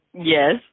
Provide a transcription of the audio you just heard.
Yes